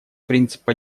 принципа